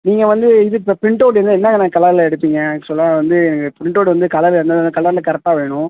நீங்கள் வந்து இது இப்போ ப்ரிண்ட்டவுட் என்ன என்னென்ன கலரில் எடுப்பிங்க ஆக்சுவலாக வந்து எனக்கு ப்ரிண்ட்டவுட் வந்து கலர் அந்தந்த கலரில் கரெக்டாக வேணும்